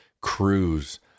cruise